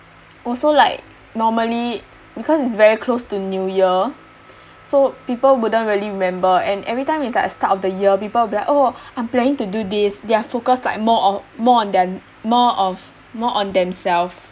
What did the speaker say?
also like normally because it's very close to new year so people wouldn't really remember and every time is like start of the year people will be like oh I'm planning to do this they are focused like more on more on them more of more on themselves